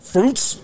Fruits